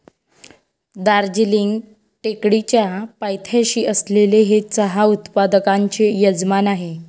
दार्जिलिंग टेकडीच्या पायथ्याशी असलेले हे चहा उत्पादकांचे यजमान आहे